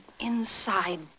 inside